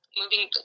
moving